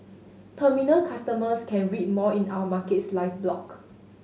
terminal customers can read more in our Markets Live blog